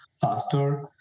faster